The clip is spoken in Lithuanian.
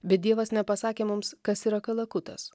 bet dievas nepasakė mums kas yra kalakutas